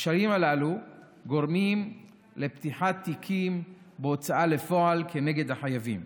הקשיים הללו גורמים לפתיחת תיקים בהוצאה לפועל כנגד החייבים.